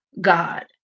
God